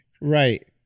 Right